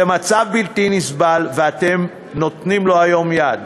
זה מצב בלתי נסבל, ואתם נותנים לו היום יד.